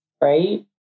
Right